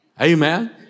Amen